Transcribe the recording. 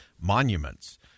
monuments